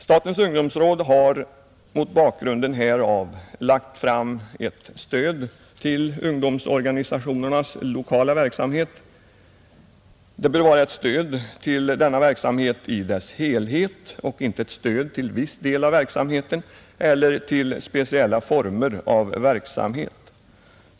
Statens ungdomsråd anser mot bakgrunden härav att det framtida stödet till ungdomsorganisationernas lokala verksamhet bör vara ett stöd till denna verksamhet i dess helhet och inte ett stöd till viss del av verksamheten eller till speciella former av verksamhet.